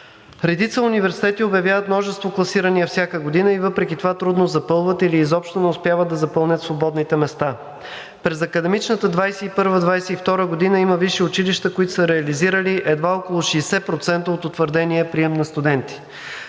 Редица университети обявяват множество класирания всяка година и въпреки това трудно запълват или изобщо не успяват да запълнят свободните места. През академичната 2021 – 2022 г. има висши училища, които са реализирали едва около 60% от утвърдения прием на студенти.